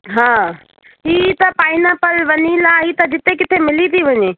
हा हीउ त पाइनैपल वैनिला हीउ त किथे किथे मिली थी वञे